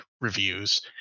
reviews